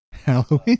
Halloween